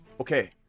okay